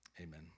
Amen